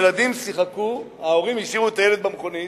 ילדים שיחקו, ההורים השאירו את הילד במכונית,